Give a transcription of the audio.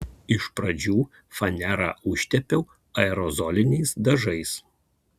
iš pradžių fanerą užtepiau aerozoliniais dažais